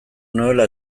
nuela